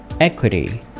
equity